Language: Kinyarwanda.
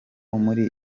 muri